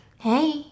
hey